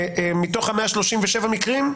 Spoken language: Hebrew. מתוך 137 המקרים?